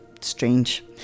strange